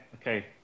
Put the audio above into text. Okay